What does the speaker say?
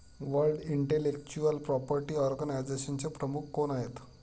World intellectual property ऑर्गनायझेशनचे प्रमुख कोण आहेत?